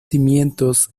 cimientos